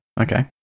Okay